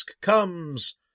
comes